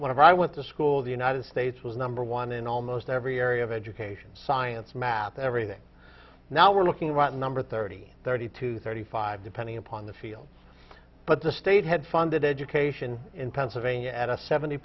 of i went to school the united states was number one in almost every area of education science math everything now we're looking right number thirty thirty to thirty five depending upon the field but the state had funded education in pennsylvania at a seventy